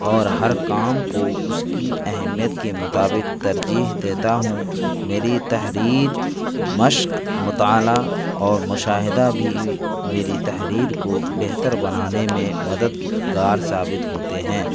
اور ہر کام کو اس کی اہمیت کے مطابق ترجیح دیتا ہوں میری تحریر مشق مطالعہ اور مشاہدہ بھی بھی میری تحریر کو بہتر بنانے میں مددگار ثابت ہوتے ہیں